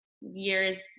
years